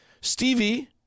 Stevie